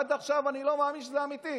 עד עכשיו אני לא מאמין שזה אמיתי.